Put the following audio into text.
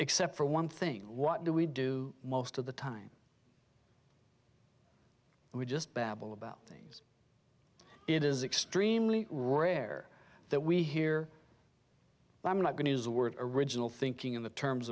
except for one thing what do we do most of the time we just babble about things it is extremely rare that we hear i'm not going to use the word original thinking in t